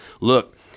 look